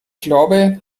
glaube